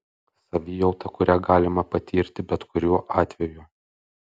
savijauta kurią galima patirti bet kuriuo atveju